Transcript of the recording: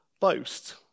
boast